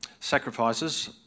sacrifices